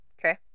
Okay